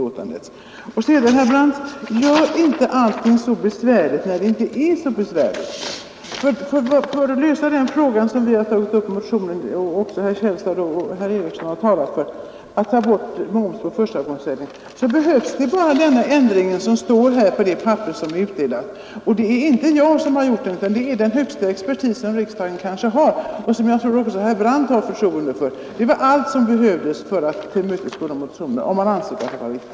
Sedan vill jag säga till herr Brandt: Gör inte allting så besvärligt när det inte är så besvärligt! För att tillmötesgå de önskemål som vi tagit upp i motionen och som även herrar Källstad och Eriksson i Ulfsbyn har talat för — att man skall ta bort momsen på förstagångsförsäljning — behövs det bara denna ändring som står på det papper som är utdelat. Det är inte jag som har skrivit detta utan den kanske högsta expertis som riksdagen har och som jag tror också herr Brandt har förtroende för. Det var allt som behövdes för att tillmötesgå motionerna om man ansåg att det var riktigt.